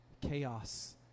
chaos